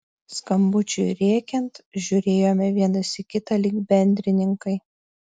skambučiui rėkiant žiūrėjome vienas į kitą lyg bendrininkai